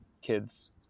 kids